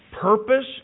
Purpose